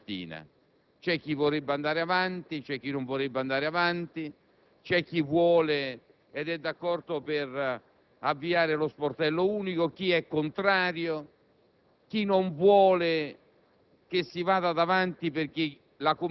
Lo abbiamo colto anche nel brevissimo dibattito di questa mattina: c'è chi vorrebbe andare avanti e chi non vorrebbe, c'è chi è d'accordo per l'avvio dello sportello unico, chi è contrario